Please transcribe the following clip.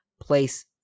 place